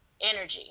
energy